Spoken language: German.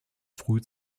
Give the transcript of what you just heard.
früh